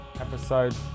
episode